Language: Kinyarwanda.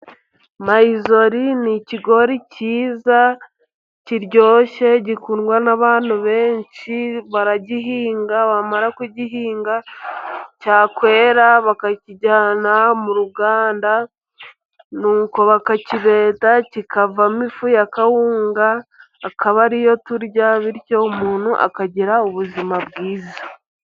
Mayizori ni ikigori cyiza kiryoshye gikundwa n'abantu benshi, baragihinga bamara kugihinga cyakwera bakakijyana mu ruganda nuko bakakibeta kikavamo ifu ya kawunga akaba ariyo turya bityo umuntu akagira ubuzima bwiza.